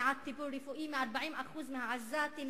מניעת טיפול רפואי מ-40% מהעזתים,